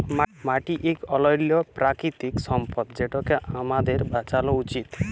মাটি ইক অলল্য পেরাকিতিক সম্পদ যেটকে আমাদের বাঁচালো উচিত